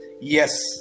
Yes